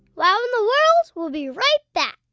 wow in the world will be right back.